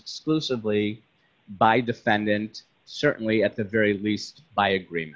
exclusively by defendant certainly at the very least by agree